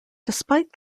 despite